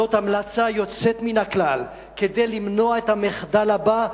זו המלצה יוצאת מהכלל כדי למנוע את המחדל הבא.